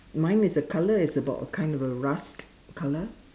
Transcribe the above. mine is a colour is about kind of a rust colour